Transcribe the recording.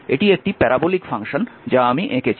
এটি একটি parabolic function যা আমি এঁকেছি